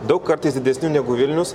daug kartais didesnių negu vilnius